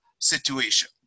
situation